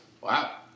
Wow